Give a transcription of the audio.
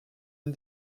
une